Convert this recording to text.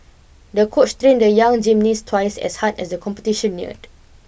the coach train the young gymnast twice as hard as the competition neared